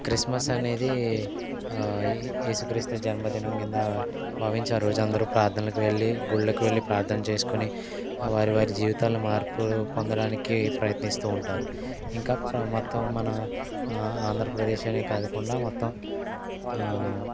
Christmas అనేది ఏసుక్రీస్తూ జన్మదినం కిందా భావించి ఆ రోజు అందరూ ప్రార్ధనలకు వెళ్ళి గుళ్ళకు వెళ్ళి ప్రార్థనలు చేసుకొని వారి వారి జీవితాల్లో మార్పు పొందడానికి ప్రయత్నిస్తూ ఉంటారు ఇంకా మొత్తం మన ఆంధ్రప్రదేశ్ అనే కాకుండా మొత్తం